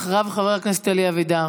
ואחריו, חבר הכנסת אלי אבידר.